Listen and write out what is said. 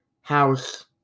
House